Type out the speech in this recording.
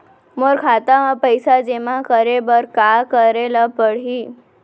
मोर खाता म पइसा जेमा करे बर का करे ल पड़ही?